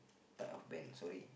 type of band sorry